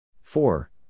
four